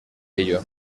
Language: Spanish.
ello